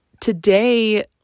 today